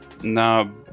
Now